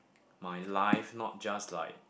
my life not just like